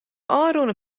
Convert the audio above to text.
ôfrûne